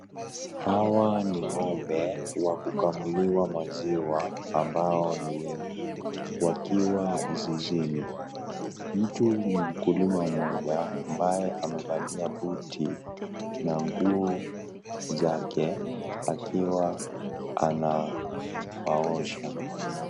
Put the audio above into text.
Hawa ni ng'ombe wakukamuliwa maziwa ambao ni wengi wakiwa zizini. Mtu mkulima mmoja ambaye amevalia buti na nguo zake akiwa ana waosha.